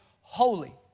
holy